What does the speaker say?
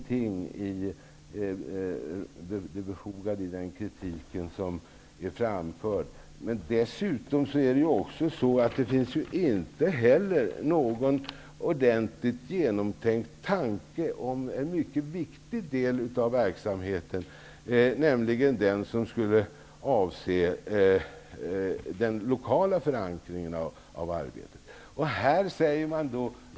Herr talman! Det som Birgit Henriksson nu säger förändrar ingenting vad gäller den befogade kritik som framförts. Dessutom finns det inte heller någon ordentligt genomtänkt tanke om en mycket viktig del av verksamheten, nämligen den del som avser den lokala förankringen av arbetet.